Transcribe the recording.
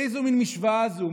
איזו מין משוואה זו?